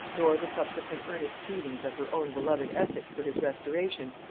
nor the subsequent earnest pleadings of her own beloved essex for his restoration,